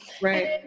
right